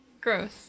Gross